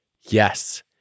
Yes